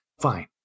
Fine